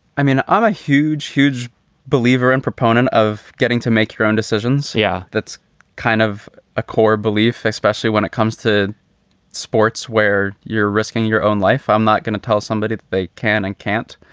i mean, i'm a huge, huge believer and proponent of getting to make your own decisions. yeah, that's kind of a core belief, especially when it comes to sports where you're risking your own life. i'm not going to tell somebody that they can and can't.